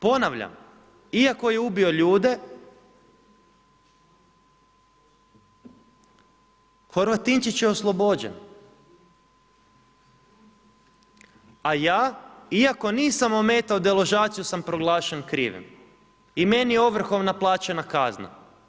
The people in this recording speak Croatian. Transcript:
Ponavljam, iako je ubio ljude, Horvatinčić je oslobođen, a ja iako nisam ometao deložaciju sam proglašen krivim i meni je ovrhom naplaćena kazna.